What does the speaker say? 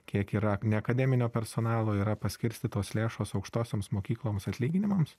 kiek yra neakademinio personalo yra paskirstytos lėšos aukštosioms mokykloms atlyginimams